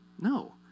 No